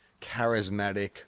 charismatic